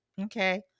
Okay